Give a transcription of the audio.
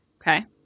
Okay